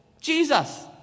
Jesus